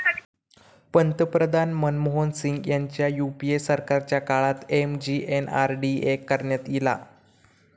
पंतप्रधान मनमोहन सिंग ह्यांच्या यूपीए सरकारच्या काळात एम.जी.एन.आर.डी.ए करण्यात ईला